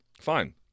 Fine